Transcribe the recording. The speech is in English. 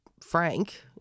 frank